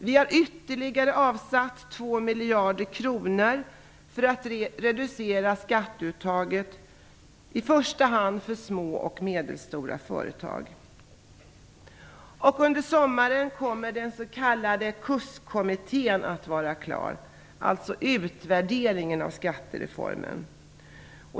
Vi har avsatt ytterligare 2 miljarder kronor för att reducera skatteuttaget, i första hand för små och medelstora företag. kommittén att vara klar, alltså utvärderingen av skattereformen.